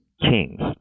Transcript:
Kings